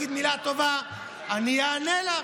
אני אענה לך,